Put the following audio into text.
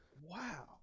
Wow